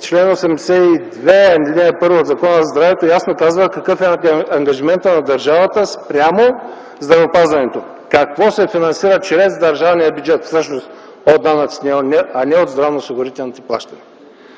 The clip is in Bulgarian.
чл. 82, ал. 1 от Закона за здравето ясно казва какъв е ангажиментът на държавата спрямо здравеопазването – какво се финансира чрез държавния бюджет, всъщност от данъците, а не от здравноосигурителните плащания.